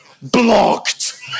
Blocked